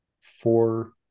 four